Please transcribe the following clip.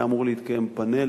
היה אמור להתקיים פאנל